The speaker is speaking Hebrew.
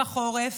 בחורף,